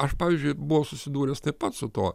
aš pavyzdžiui buvau susidūręs taip pat su tuo